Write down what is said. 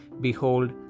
behold